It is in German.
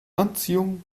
anziehung